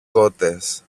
κότες